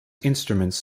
instruments